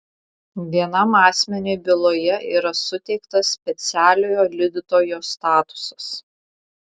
vienam asmeniui byloje yra suteiktas specialiojo liudytojo statusas